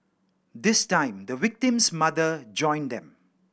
this time the victim's mother joined them